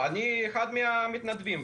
אני אחד המתנדבים.